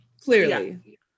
clearly